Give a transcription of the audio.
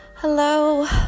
Hello